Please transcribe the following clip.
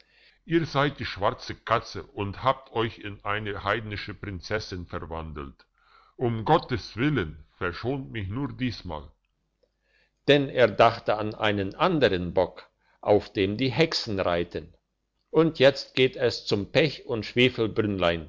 ihr seid die schwarze katze und habt euch in eine heidnische prinzessin verwandelt um gottes willen verschont mich nur diesmal denn er dachte an einen andern bock auf dem die hexen reiten und jetzt geh es zum pech und